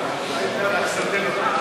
להעביר את הצעת חוק הגנת הצרכן (תיקון,